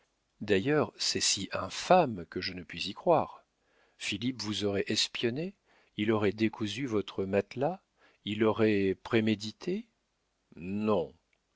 d'ailleurs c'est si infâme que je ne puis y croire philippe vous aurait espionnée il aurait décousu votre matelas il aurait prémédité non